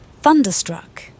Thunderstruck